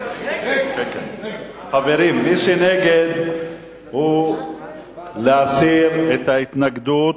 חברים, מי שנגד זה להסיר את ההתנגדות,